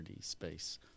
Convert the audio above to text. space